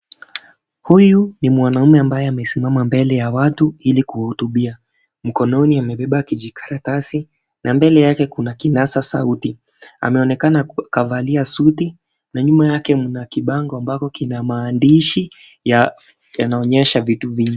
Huyu ni mwanaume ambaye amesimama mbele ya watu ili kuwahutubia. Mkononi amebeba kijikaratasi na mbele yake kuna kinasa sauti. Anaonekana kavalia suti na nyuma yake kuna kibango ambako kina maandishi yanaonyesha vitu vingi.